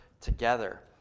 together